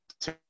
two